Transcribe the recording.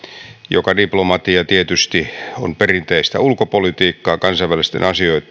joka diplomatia tietysti on perinteistä ulkopolitiikkaa kansainvälisten asioitten